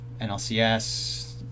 NLCS